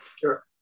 Sure